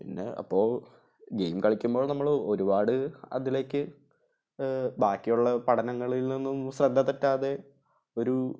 പിന്നെ അപ്പോൾ ഗെയിം കളിക്കുമ്പോൾ നമ്മൾ ഒരുപാട് അതിലേക്ക് ബാക്കിയുള്ള പഠനങ്ങളിലൊന്നും ശ്രദ്ധ തെറ്റാതെ ഒരു